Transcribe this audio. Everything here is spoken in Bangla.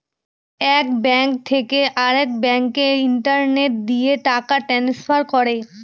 এক ব্যাঙ্ক থেকে আরেক ব্যাঙ্কে ইন্টারনেট দিয়ে টাকা ট্রান্সফার করে